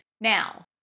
Now